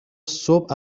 صبح